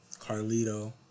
Carlito